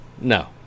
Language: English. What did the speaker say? No